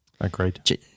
Agreed